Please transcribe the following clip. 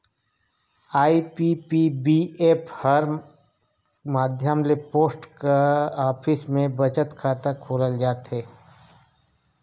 IPPB app कर माध्यम ले पोस्ट ऑफिस में बचत खाता खोलल जाथे